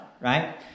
right